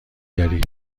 داری